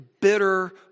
bitter